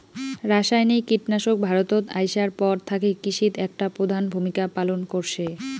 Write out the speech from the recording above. রাসায়নিক কীটনাশক ভারতত আইসার পর থাকি কৃষিত একটা প্রধান ভূমিকা পালন করসে